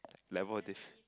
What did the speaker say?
level of diff~